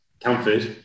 comfort